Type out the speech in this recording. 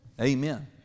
Amen